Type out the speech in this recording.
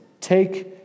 take